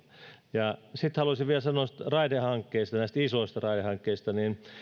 sitten haluaisin vielä sanoa raidehankkeista näistä isoista raidehankkeista